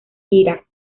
irak